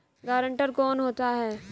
Guarantor कौन होता है?